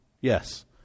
Yes